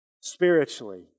Spiritually